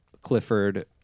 Clifford